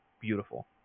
beautiful